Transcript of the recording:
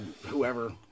whoever